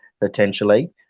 potentially